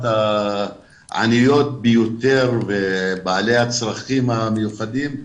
העניות ביותר ואלה שיש להן צרכים מיוחדים,